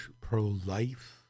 pro-life